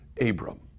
Abram